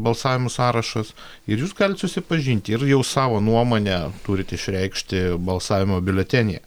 balsavimų sąrašas ir jūs galit susipažinti ir jau savo nuomonę turit išreikšti balsavimo biuletenyje